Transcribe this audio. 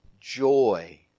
joy